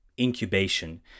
incubation